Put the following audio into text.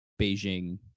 Beijing